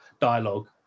dialogue